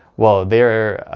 well they're,